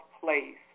place